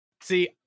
See